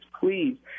please